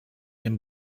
ihren